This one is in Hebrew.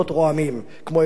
כמו היושב-ראש כרגע,